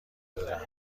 بدهم